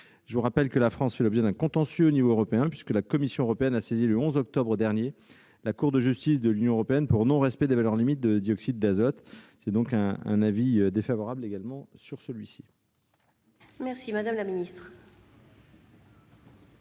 Je vous rappelle que la France fait l'objet d'un contentieux au niveau européen, puisque la Commission européenne a saisi le 11 octobre dernier la Cour de justice de l'Union européenne pour non-respect des valeurs limites de dioxyde d'azote. L'avis est également défavorable. Quel est